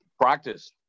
practice